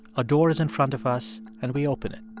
a door is in front of us, and we open it.